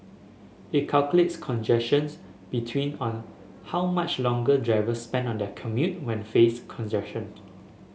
it calculates congestions between on how much longer drivers spend on their commute when faced congestion